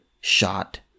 shot